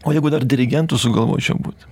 o jeigu dar dirigentu sugalvočiau būt